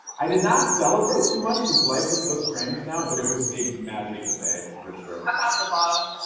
i did not celebrate too much cause life is so strange now. but it was a magical day, for sure. i popped a bottle.